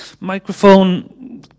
microphone